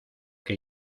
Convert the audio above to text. que